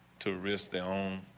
to risk their own.